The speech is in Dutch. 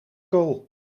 kool